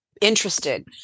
interested